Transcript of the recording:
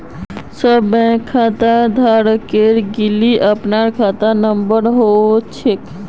सब बैंक खाताधारकेर लिगी अपनार खाता नंबर हछेक